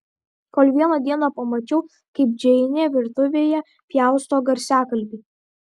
kol vieną dieną pamačiau kaip džeinė virtuvėje pjausto garsiakalbį